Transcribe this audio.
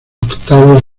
octavos